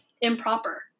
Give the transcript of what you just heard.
improper